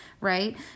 right